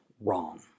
Wrong